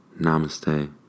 Namaste